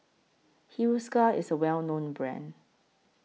Hiruscar IS A Well known Brand